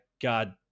god